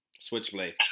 Switchblade